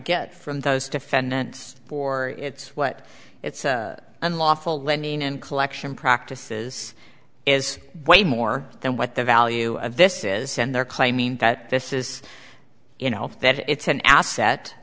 get from those defendants for it's what it's unlawful lending and collection practices is way more than what the value of this is and they're claiming that this is in health that it's an asset